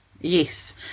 Yes